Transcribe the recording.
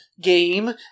game